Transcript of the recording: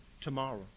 tomorrow